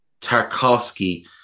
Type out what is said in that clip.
Tarkovsky